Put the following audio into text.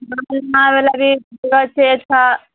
भी छे छा